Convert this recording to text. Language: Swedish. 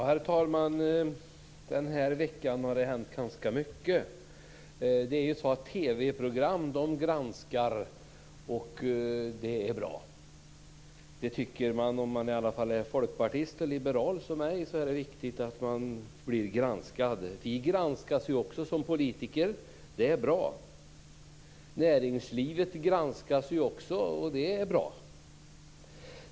Herr talman! Den här veckan har det hänt ganska mycket. TV-program granskar, och det är bra. Det tycker man i alla fall om man är folkpartist och liberal som jag. Det är viktigt att bli granskad. Vi granskas också som politiker, och det är bra. Näringslivet granskas också, och det är bra.